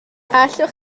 allwch